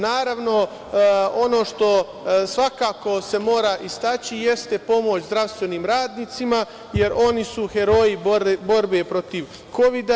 Naravno, ono što se svakako mora istaći jeste pomoć zdravstvenim radnicima, jer oni su heroji borbe protiv Kovida.